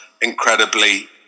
incredibly